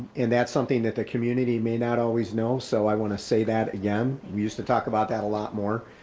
and that's something that the community may not always know. so i wanna say that, again, we used to talk about that a lot more.